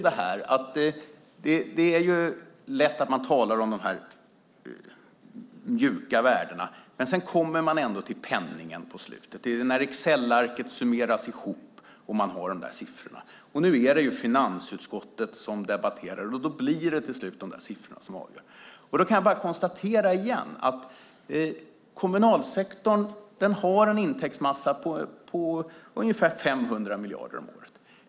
Det är lätt att tala om de mjuka värdena, men sedan kommer man till penningen när excelarket summeras ihop och man ser siffrorna. Nu är det finansutskottet som debatterar. Då blir det till slut siffrorna som avgör. Kommunalsektorn har en intäktsmassa på ungefär 500 miljarder om året.